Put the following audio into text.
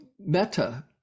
meta